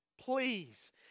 Please